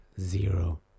Zero